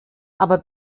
aber